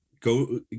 go